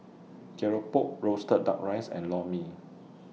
Keropok Roasted Duck Rice and Lor Mee